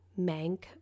Mank